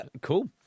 Cool